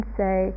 say